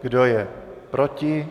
Kdo je proti?